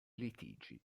litigi